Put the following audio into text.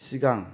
सिगां